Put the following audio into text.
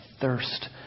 thirst